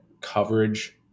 coverage